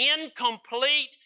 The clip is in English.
incomplete